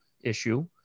issue